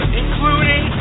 ...including